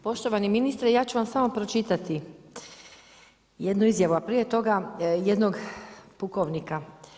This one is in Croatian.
Poštovani ministre, ja ću vam samo pročitati jednu izjavu a prije toga jednog pukovnika.